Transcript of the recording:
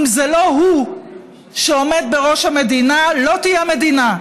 אם זה לא הוא שעומד בראש המדינה, לא תהיה מדינה.